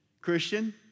Christian